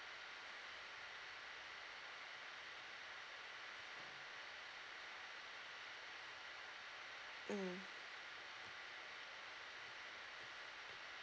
mm